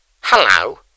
Hello